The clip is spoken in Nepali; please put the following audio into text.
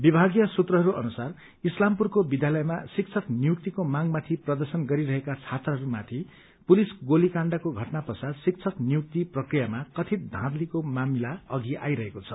विभागीय सूत्रहरू अनुसार इस्लामपुरको विद्यालयमा शिक्षक नियुक्तिको मागमाथि प्रदर्शन गरिरहेका छात्रहरूमाथि पुलिस गोली काण्डको घटना पश्चात शिक्षक नियुक्ति प्रक्रियामा कथित धाँथलीको मामिला अघि आइरहेको छ